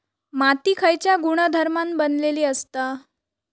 माती खयच्या गुणधर्मान बनलेली असता?